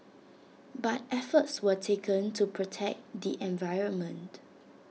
but efforts were taken to protect the environment